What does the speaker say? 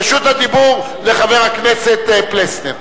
רשות הדיבור לחבר הכנסת פלסנר.